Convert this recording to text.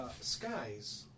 skies